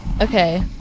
Okay